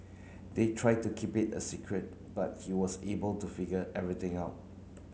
they tried to keep it a secret but he was able to figure everything out